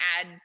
add